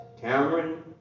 Cameron